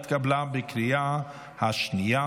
התקבלה בקריאה השנייה